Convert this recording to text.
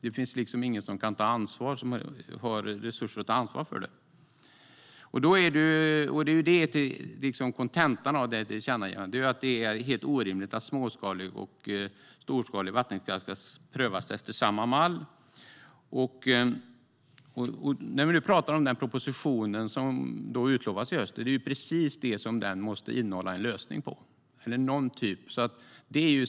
Det finns ingen som har resurser att ta ansvar. Kontentan av tillkännagivandet är att det är helt orimligt att småskalig och storskalig vattenkraft ska prövas efter samma mall. En proposition utlovas i höst. Den måste innehålla en lösning på detta.